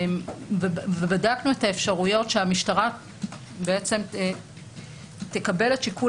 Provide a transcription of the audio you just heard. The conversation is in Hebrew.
ובדקנו את האפשרויות שהמשטרה תקבל את שיקול